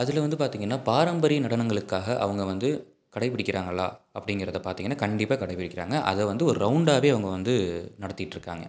அதில் வந்து பார்த்தீங்கன்னா பாரம்பரிய நடனங்களுக்காக அவங்க வந்து கடைப்பிடிக்கிறாங்களா அப்படிங்கிறத பார்த்தீங்கன்னா கண்டிப்பாக கடைப்பிடிக்கிறாங்க அதை வந்து ஒரு ரவுண்டாகவே அவங்க வந்து நடத்திகிட்டு இருக்காங்க